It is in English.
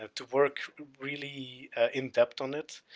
to work really in-depth on it